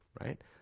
Right